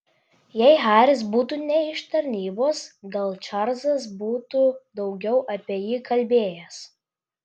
jei haris būtų ne iš tarnybos gal čarlzas būtų daugiau apie jį kalbėjęs